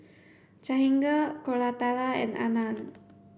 Jahangir Koratala and Anand